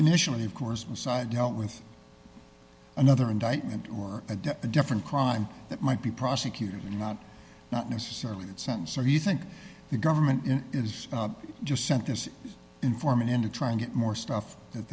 initially of course messiah dealt with another indictment or a debt the different crime that might be prosecuted or not not necessarily that sense so you think the government is just sent this informant in to try and get more stuff that